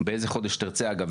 באיזה חודש שתרצה אגב,